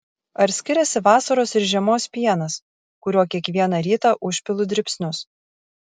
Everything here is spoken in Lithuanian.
ar skiriasi vasaros ir žiemos pienas kuriuo kiekvieną rytą užpilu dribsnius